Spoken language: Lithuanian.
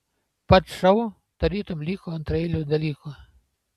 pats šou tarytum liko antraeiliu dalyku